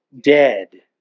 dead